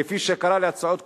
כפי שקרה להצעות קודמות,